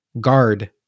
guard